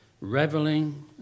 reveling